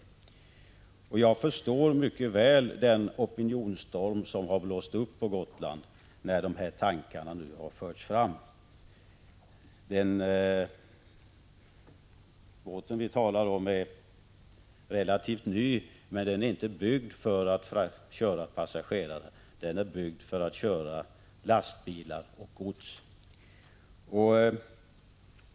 Jag har full förståelse för den opinionsstorm som har blåst upp på Gotland med anledning av de tankar som förts fram i detta sammanhang. Den båt vi talar om är relativt ny, men den är inte, som sagt, byggd för passagerartrafik utan den är byggd för lastbilar och gods.